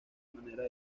manera